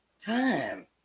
time